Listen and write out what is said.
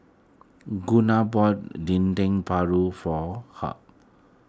Gunnar bought Dendeng Paru for Herb